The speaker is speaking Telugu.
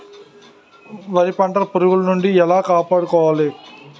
వరి పంటను పురుగుల నుండి ఎలా కాపాడుకోవాలి?